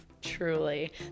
Truly